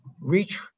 reach